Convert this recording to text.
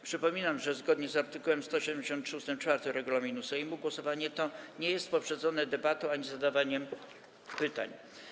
Przypominam, że zgodnie z art. 173 ust. 4 regulaminu Sejmu głosowanie to nie jest poprzedzone debatą ani zadawaniem pytań.